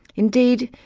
indeed,